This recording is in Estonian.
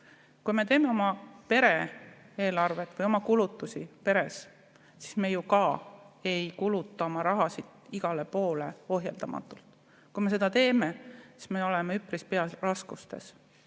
Kui me teeme oma pere eelarvet või [planeerime] kulutusi peres, siis me ju ka ei kuluta oma raha igale poole ohjeldamatult. Kui me seda teeme, siis me oleme üpris peagi raskustes.